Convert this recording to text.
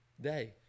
Day